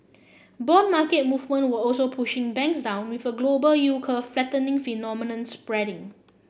bond market movement were also pushing banks down with a global yield curve flattening phenomenon spreading